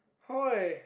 !oi!